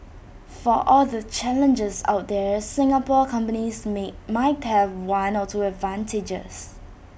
for all the challenges out there Singapore companies may might have one or two advantages